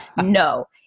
no